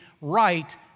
right